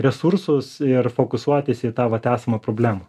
resursus ir fokusuotis į tą vat esamą problemą